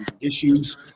issues